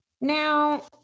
Now